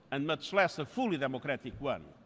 and much less a fully democratic one.